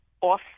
off